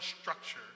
structure